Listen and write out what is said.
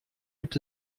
gibt